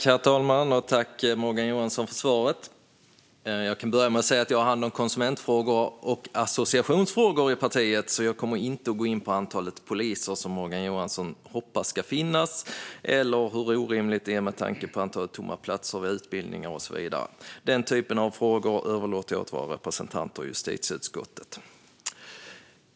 Herr talman! Tack, Morgan Johansson, för svaret! Jag kan börja med att säga att jag har hand om konsumentfrågor och associationsfrågor i partiet, så jag kommer inte att gå in på antalet poliser som Morgan Johansson hoppas ska finnas eller hur orimligt detta är med tanke på antalet tomma platser vid utbildningar. Den typen av frågor överlåter jag åt våra representanter i justitieutskottet.